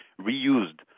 reused